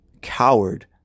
Coward